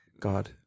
God